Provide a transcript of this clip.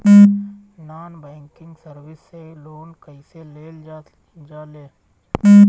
Non banking service से loan कैसे लेल जा ले?